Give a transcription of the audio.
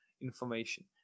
information